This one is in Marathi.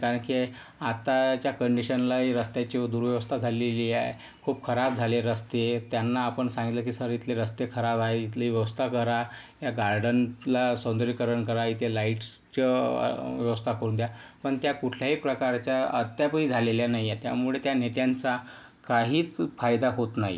कारण की आताच्या कंडीशनला ही रस्त्याची दुर्व्यवस्था झालेलीए खूप खराब झाले रस्ते त्यांना आपण सांगितले की सर इथले रस्ते खराब आहेत इथली व्यवस्था करा या गार्डनला सौंदर्यीकरण करा इथे लाईट्सची व्यवस्था करून द्या पण त्या कुठल्याही प्रकारच्या अद्यापही झालेल्या नाही आहेत त्यामुळे त्या नेत्यांचा काहीच फायदा होत नाही